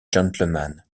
gentleman